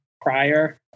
prior